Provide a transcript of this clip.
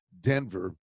Denver